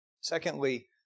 Secondly